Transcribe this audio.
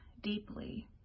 deeply